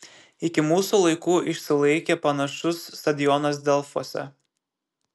iki mūsų laikų išsilaikė panašus stadionas delfuose